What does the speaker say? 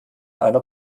einer